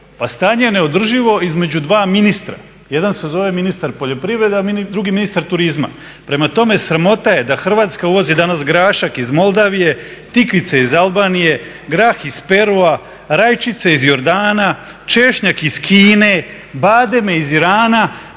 Pa stanje je neodrživo između dva ministra. Jedan se zove ministar poljoprivrede, a drugi ministar turizma. Prema tome, sramota je da Hrvatska uvozi danas grašak iz Moldavije, tikvice iz Albanije, grah iz Perua, rajčice iz Jordana, češnjak iz Kine, bademe iz Irana.